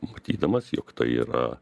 matydamas jog tai yra